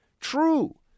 true